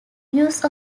use